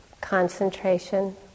concentration